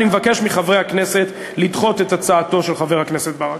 אני מבקש מחברי הכנסת לדחות את הצעתו של חבר הכנסת ברכה.